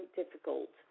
difficult